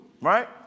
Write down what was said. right